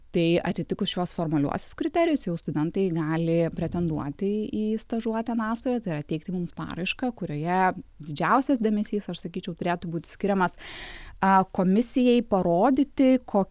tai atitikus šiuos formaliuosius kriterijus jau studentai gali pretenduoti į stažuotę nasoje tai yra teikti mums paraišką kurioje didžiausias dėmesys aš sakyčiau turėtų būti skiriamas a komisijai parodyti ko